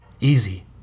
Easy